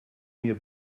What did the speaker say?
mir